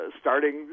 starting